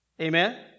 Amen